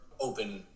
open